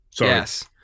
Yes